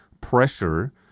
pressure